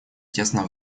тесно